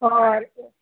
और